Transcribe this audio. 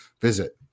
visit